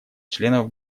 членов